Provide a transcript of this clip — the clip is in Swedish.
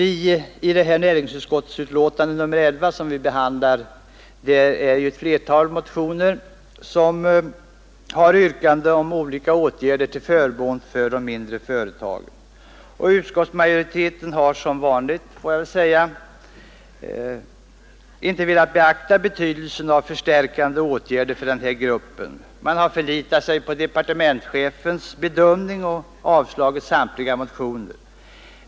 I näringsutskottets betänkande nr 11 behandlas ett flertal motioner med yrkande om olika åtgärder till förmån för de mindre företagen. Utskottsmajoriteten har — som vanligt, får jag väl säga — inte velat beakta betydelsen av förstärkande åtgärder för den här gruppen. Majoriteten har förlitat sig på departementschefens bedömning och avstyrkt samtliga motioner.